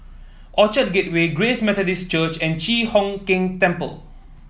Orchard Gateway Grace Methodist Church and Chi Hock Keng Temple